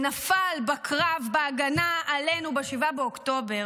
שנפל בקרב בהגנה עלינו ב-7 באוקטובר,